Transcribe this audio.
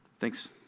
Thanks